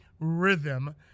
rhythm